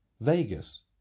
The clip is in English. Vegas